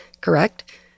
correct